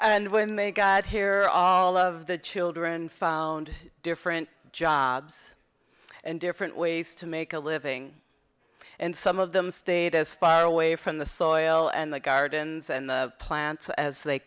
and when they got here all of the children found different jobs and different ways to make a living and some of them stayed as far away from the soil and the gardens and the plants as they